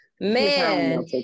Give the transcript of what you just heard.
man